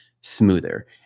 smoother